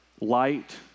light